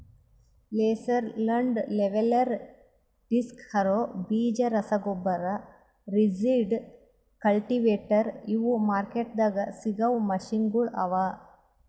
laser land leveller, disc harrow, ಬೀಜ ರಸಗೊಬ್ಬರ, rigid, cultivator ಇವು ಮಾರ್ಕೆಟ್ದಾಗ್ ಸಿಗವು ಮೆಷಿನಗೊಳ್ ಅವಾ